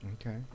Okay